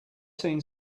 seen